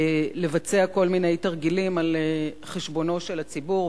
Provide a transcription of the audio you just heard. לבצע כל מיני תרגילים על חשבונו של הציבור,